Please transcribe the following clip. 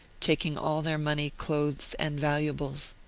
taking all their money, clothes, and valuables.